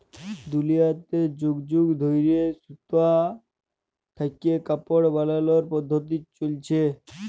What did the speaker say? দুলিয়াতে যুগ যুগ ধইরে সুতা থ্যাইকে কাপড় বালালর পদ্ধতি চইলছে